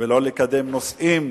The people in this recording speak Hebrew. ולקדם נושאים